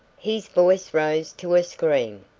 his voice rose to a scream,